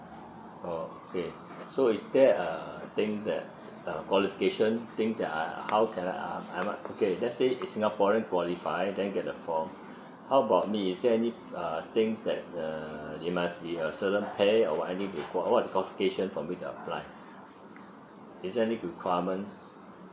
okay so is there a thing that uh qualification thing that I'll how can I I might okay let's say is singaporean qualify then get the form how about me is there any uh things that the they must be a certain pay or what I need it for what qualification for me to apply is there any requirement